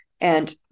And-